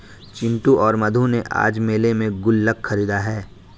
चिंटू और मधु ने आज मेले में गुल्लक खरीदा है